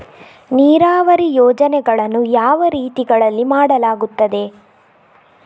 ನೀರಾವರಿ ಯೋಜನೆಗಳನ್ನು ಯಾವ ರೀತಿಗಳಲ್ಲಿ ಮಾಡಲಾಗುತ್ತದೆ?